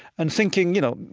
and thinking you know,